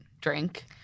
drink